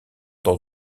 dans